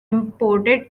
imported